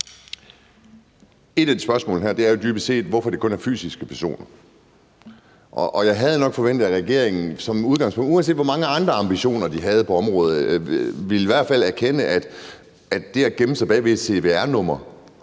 et af spørgsmålene her er jo dybest set, hvorfor det kun er fysiske personer. Jeg havde nok forventet, at regeringen, uanset hvor mange andre ambitioner man har på området, i hvert fald ville erkende, at det at gemme sig bag et cvr-nummer